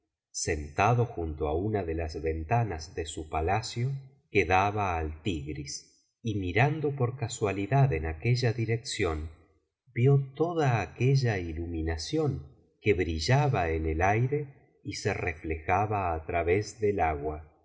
sentado junto á una de las ventanas de su palacio que daba al tigris y mirando por casualidad en aquella dirección vio toda aquella iluminación que brillaba en el aire y se reflejaba á través del agua